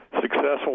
successful